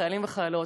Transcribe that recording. חיילים וחיילות,